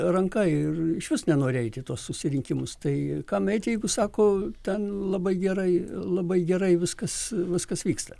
ranka ir išvis nenori eiti į tuos susirinkimus tai kam eit jeigu sako ten labai gerai labai gerai viskas viskas vyksta